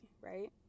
right